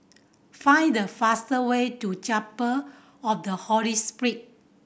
find the fast way to Chapel of the Holy Spirit